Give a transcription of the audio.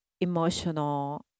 emotional